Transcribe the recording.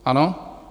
Ano.